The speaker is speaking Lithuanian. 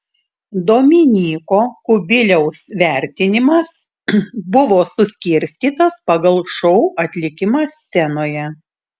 dominyko kubiliaus vertinimas buvo suskirstytas pagal šou atlikimą scenoje